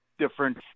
different